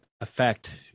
affect